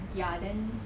ya then